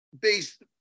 based